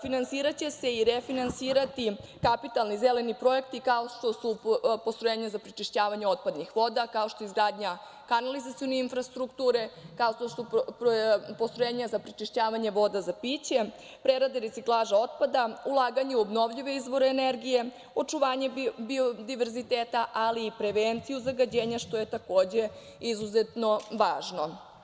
Finansiraće se i refinansirati kapitalni zeleni projekat, kao što su postrojenja za prečišćavanje otpadnih voda, kao što je izgradnja kanalizacione infrastrukture, kao što su postrojenja za prečišćavanje voda za piće, prerade i reciklaža otpada, ulaganje u obnovljive izvore energije, očuvanje biodiverziteta, ali i prevenciju zagađenja, što je takođe izuzetno važno.